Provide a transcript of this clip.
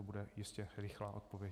To bude jistě rychlá odpověď.